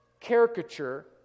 caricature